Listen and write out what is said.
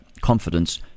confidence